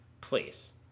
please